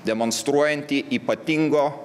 demonstruojanti ypatingo